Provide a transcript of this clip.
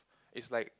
it's like